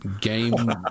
game